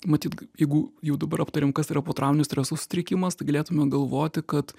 matyt jeigu jau dabar aptariam kas yra potrauminio streso sutrikimas tai galėtume galvoti kad